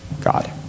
God